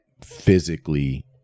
physically